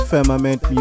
Firmament